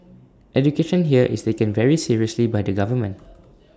education here is taken very seriously by the government